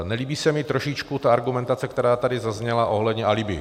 Nelíbí se mi trošičku argumentace, která tady zazněla ohledně alibi.